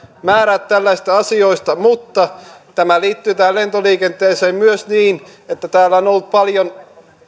määrää tällaisista asioista mutta tämä liittyy tähän lentoliikenteeseen myös niin että täällä on ollut paljon